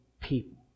people